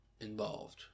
involved